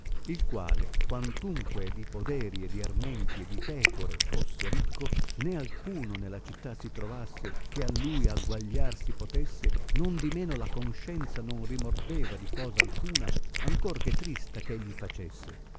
il quale quantunque e di poderi e di armenti e di pecore fosse ricco né alcuno nella città si trovasse che a lui agguagliar si potesse nondimeno la conoscenza non rimordeva di cosa alcuna ancor che trista eh egli facesse